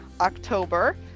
October